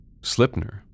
Slipner